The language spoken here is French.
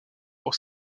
pour